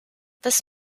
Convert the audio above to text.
this